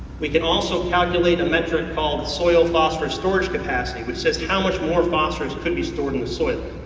we can also calculate a metric called soil phosphorous storage capacity which says how much more phosphorous could be stored in the soil.